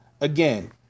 Again